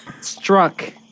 struck